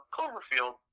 Cloverfield